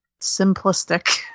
simplistic